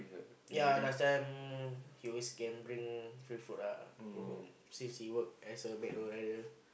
ya last time he always can bring free food ah go home since he work as a McDonald rider